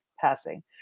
Passing